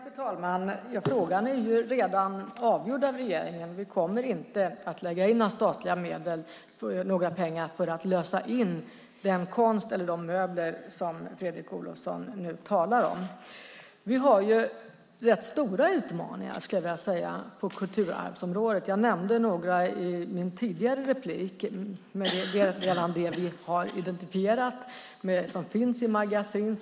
Fru talman! Frågan är redan avgjord av regeringen. Vi kommer inte att lägga in några statliga medel och några pengar för att lösa in den konst eller de möbler som Fredrik Olovsson nu talar om. Vi har rätt stora utmaningar på kulturarvsområdet, skulle jag vilja säga. Jag nämnde några i min tidigare replik. Det är sådant vi redan har identifierat och som finns i magasin.